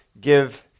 give